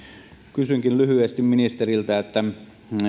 kysynkin lyhyesti ministeriltä